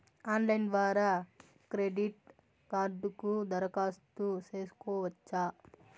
Online ద్వారా credit కార్డుకు దరఖాస్తు సేసుకోవచ్చా?